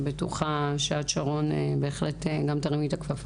אני בטוחה שאת, שרון, תרימי את הכפפה.